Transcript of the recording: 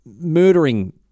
murdering